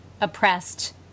oppressed